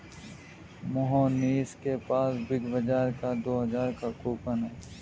मोहनीश के पास बिग बाजार का दो हजार का कूपन है